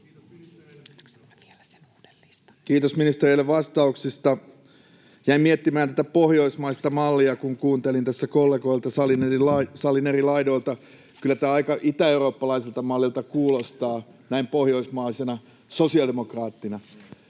Kiitos ministereille vastauksista. Jäin miettimään tätä pohjoismaista mallia, kun kuuntelin tässä kollegoita salin eri laidoilta. Kyllä tämä aika itäeurooppalaiselta mallilta kuulostaa näin pohjoismaisena sosiaalidemokraattina.